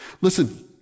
Listen